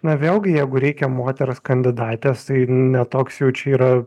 na vėlgi jeigu reikia moters kandidatės tai ne toks jau čia yra